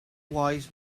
wise